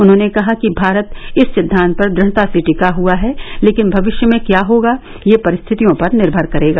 उन्होंने कहा कि भारत इस सिद्वांत पर दृढ़ता से टिका हुआ है लेकिन नविष्य में क्या होगा यह परिस्थितियों पर निर्भर करेगा